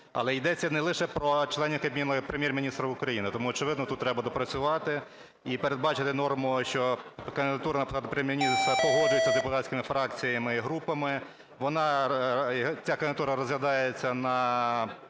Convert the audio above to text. Але йдеться не лише про членів Кабміну і Прем'єр-міністра України. Тому очевидно, тут треба доопрацювати. І передбачити норму, що кандидатура на посаду Прем'єр-міністра погоджується депутатськими фракціями і групами. Ця кандидатура розглядається на